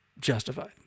justified